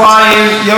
ירו בו בראש.